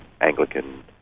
Anglican